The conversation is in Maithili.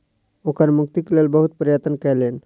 ओ कर मुक्तिक लेल बहुत प्रयत्न कयलैन